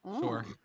Sure